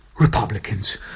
Republicans